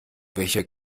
welcher